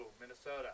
Minnesota